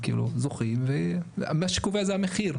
ונזיפה על זה ששלחתם את המצגת אתמול.